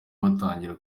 batangira